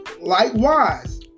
Likewise